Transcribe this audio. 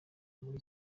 muri